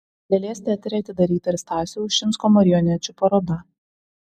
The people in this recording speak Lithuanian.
lėlės teatre atidaryta ir stasio ušinsko marionečių paroda